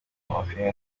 amafilime